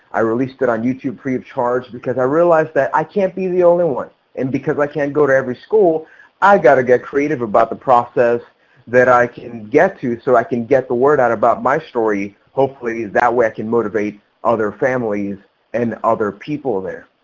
i released it on youtube free of charge because i realized that i can't be the only one and because i can't go to every school i've gotta get creative about the process that i can get to so i can get the word out about my story hopefully that i can motivate other families and other people there.